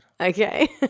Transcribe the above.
Okay